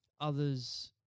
others